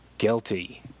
guilty